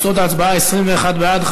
תוצאות ההצבעה: 21 בעד,